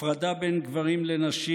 הפרדה בין גברים לנשים,